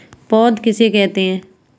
पौध किसे कहते हैं?